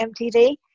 MTV